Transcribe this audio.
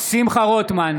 שמחה רוטמן,